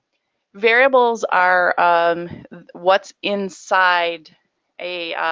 variables are um what's inside a.